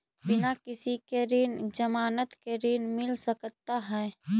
बिना किसी के ज़मानत के ऋण मिल सकता है?